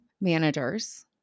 managers